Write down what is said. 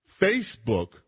Facebook